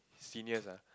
seniors ah